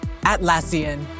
Atlassian